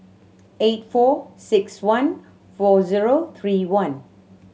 eight four six one four zero three one